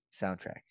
soundtrack